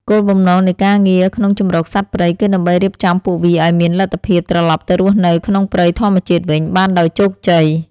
គោលបំណងនៃការងារក្នុងជម្រកសត្វព្រៃគឺដើម្បីរៀបចំពួកវាឱ្យមានលទ្ធភាពត្រលប់ទៅរស់នៅក្នុងព្រៃធម្មជាតិវិញបានដោយជោគជ័យ។